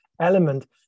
element